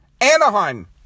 Anaheim